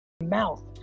mouth